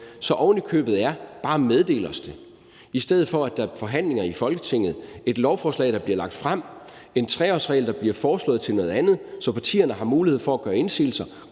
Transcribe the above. på ovenikøbet er bare at meddele os det, i stedet for at der er forhandlinger i Folketinget, et lovforslag, der bliver lagt frem, og en 3-årsregel, der bliver foreslået at være noget andet, så partierne har mulighed for at gøre indsigelser,